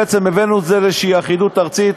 בעצם הבאנו את זה לאיזושהי אחידות ארצית,